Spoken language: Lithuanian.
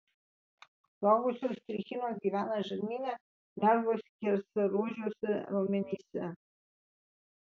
suaugusios trichinos gyvena žarnyne lervos skersaruožiuose raumenyse